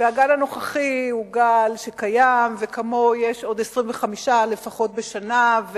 והגל הנוכחי הוא גל שקיים וכמוהו יש עוד 25 בשנה לפחות,